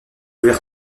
ouvert